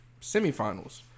semifinals